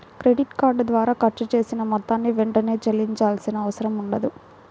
credit card ద్వారా ఖర్చు చేసిన మొత్తాన్ని వెంటనే చెల్లించాల్సిన అవసరం ఉండదు